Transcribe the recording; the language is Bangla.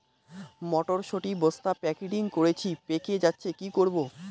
মটর শুটি বস্তা প্যাকেটিং করেছি পেকে যাচ্ছে কি করব?